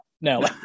no